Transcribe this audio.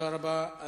אנחנו